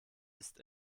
ist